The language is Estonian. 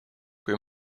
kui